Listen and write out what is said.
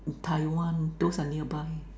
Taiwan those are nearby